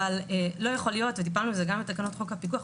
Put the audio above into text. אבל לא יכול להיות ודיברנו על זה גם על תקנות חוק הפיקוח,